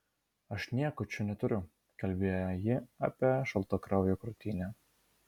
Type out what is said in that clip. aš nieko čia neturiu kalbėjo ji apie šaltakrauję krūtinę